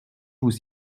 vous